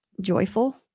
joyful